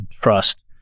trust